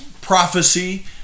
prophecy